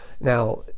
now